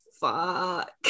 fuck